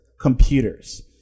computers